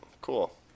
cool